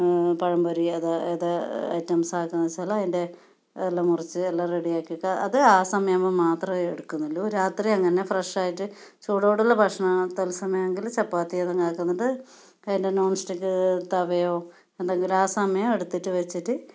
പഴംപൊരി അത് ഏത് ഐറ്റംസ് ആക്കുന്നതെന്ന് വെച്ചാൽ അതിൻ്റെ അതെല്ലാം മുറിച്ച് എല്ലാം റെഡി ആക്കി വയ്ക്കും അത് ആ സമയാകുമ്പോൾ മാത്രമേ എടുക്കുന്നുള്ളൂ രാത്രി അങ്ങനെ ഫ്രഷ് ആയിട്ട് ചൂടോടെ ഉള്ള ഭക്ഷണം തത്സമയെങ്കിൽ ചപ്പാത്തി എന്തെങ്കിലും ആക്കുന്നു എന്നിട്ട് കയ്യിൽ നോൺ സ്റ്റിക് തവയോ എന്തെങ്കിലും ആ സമയം എടുത്തിട്ട് വെച്ചിട്ട്